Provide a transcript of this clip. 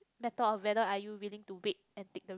matter of whether you are willing to wait and take the risk